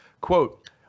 quote